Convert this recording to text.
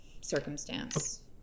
circumstance